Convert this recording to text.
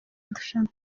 rushanwa